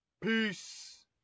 Peace